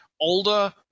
older